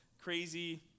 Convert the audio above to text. crazy